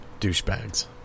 douchebags